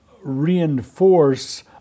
reinforce